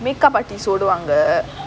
make-up artist ஓடுவாங்க:oduvaanga